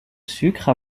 sucre